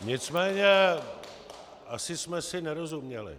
Nicméně asi jsme si nerozuměli.